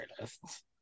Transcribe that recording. artists